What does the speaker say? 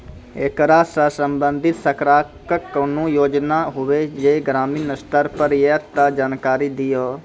ऐकरा सऽ संबंधित सरकारक कूनू योजना होवे जे ग्रामीण स्तर पर ये तऽ जानकारी दियो?